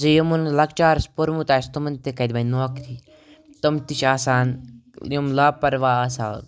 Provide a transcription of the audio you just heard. زِ یِمن لۄکچارَس پوٚرمُت آسہِ تِمَن تہِ کَتہِ بَنہِ نوکری تِم تہِ چھِ آسان یِم لاپَروا آسان